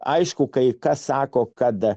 aišku kai kas sako kad